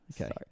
Okay